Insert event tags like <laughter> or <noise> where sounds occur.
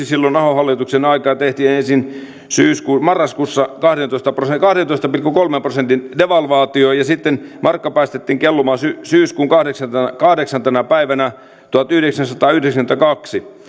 <unintelligible> silloin ahon hallituksen aikaan tehtiin ensin marraskuussa kahdentoista pilkku kolmen prosentin devalvaatio ja sitten markka päästettiin kellumaan syyskuun kahdeksantena päivänä tuhatyhdeksänsataayhdeksänkymmentäkaksi